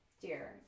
Dear